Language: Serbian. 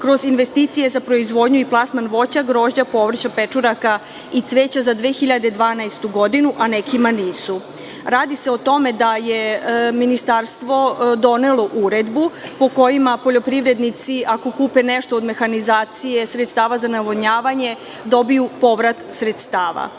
kroz investicije za proizvodnju i plasman voća, grožđa, povrća, pečuraka i cveća za 2012. godinu, a nekima nisu? Radi se o tome da je ministarstvo donelo uredbu po kojima poljoprivrednici ako kupe nešto od mehanizacije sredstava za navodnjavanje dobiju povrat sredstava.